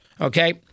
okay